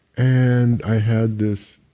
and i had this